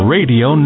Radio